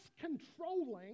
controlling